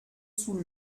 sous